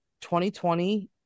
2020